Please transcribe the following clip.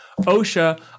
OSHA